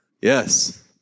Yes